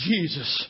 Jesus